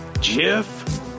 Jeff